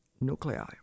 nuclei